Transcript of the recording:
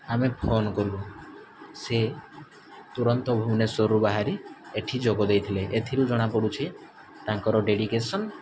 ଆମେ ଫୋନ୍ କଲୁ ସିଏ ତୁରନ୍ତ ଭୁବେନେଶ୍ୱରରୁ ବାହାରି ଏଠି ଯୋଗ ଦେଇଥିଲେ ଏଥିରୁ ଜଣା ପଡୁଛି ତାଙ୍କର ଡେଡ଼ିକେସନ୍